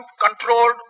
controlled